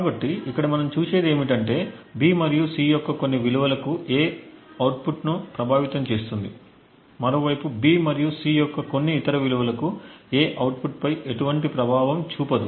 కాబట్టి ఇక్కడ మనం చూసేది ఏమిటంటే B మరియు C యొక్క కొన్ని విలువలకు A అవుట్పుట్ ను ప్రభావితం చేస్తుంది మరోవైపు B మరియు C యొక్క కొన్ని ఇతర విలువలకు A అవుట్పుట్పై ఎటువంటి ప్రభావం చూపదు